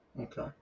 Okay